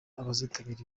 abazitabira